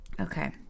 okay